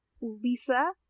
Lisa